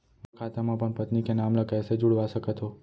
मोर खाता म अपन पत्नी के नाम ल कैसे जुड़वा सकत हो?